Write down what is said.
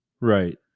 right